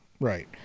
Right